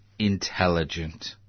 intelligent